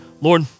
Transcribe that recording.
Lord